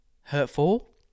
hurtful